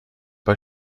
bei